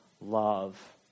love